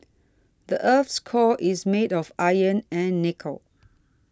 the earth's core is made of iron and nickel